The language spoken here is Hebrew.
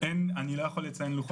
זה השכר, אבל זה מכל הסיזיפיות